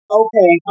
okay